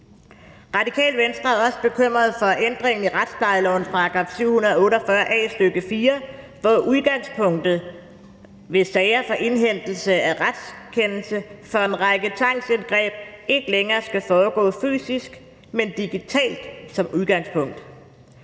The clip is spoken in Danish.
Radikale Venstre er også bekymrede for ændringen i retsplejelovens § 748 a, stk, 4, hvor udgangspunktet ved sager med indhentelse af retskendelse for en række tvangsindgreb ikke længere skal foregå fysisk, men digitalt. Vi synes